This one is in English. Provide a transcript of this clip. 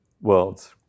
worlds